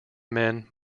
men